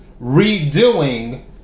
redoing